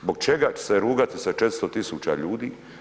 Zbog čega će se rugati sa 400 000 ljudi?